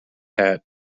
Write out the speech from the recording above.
hat